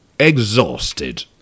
exhausted